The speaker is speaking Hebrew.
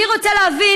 אני רוצה להבין,